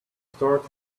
start